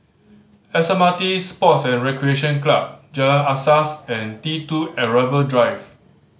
S M R T Sports and Recreation Club Jalan Asas and T Two Arrival Drive